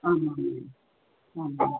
आमामां मामाम्